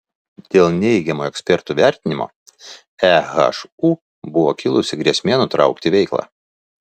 dėl neigiamo ekspertų vertinimo ehu buvo kilusi grėsmė nutraukti veiklą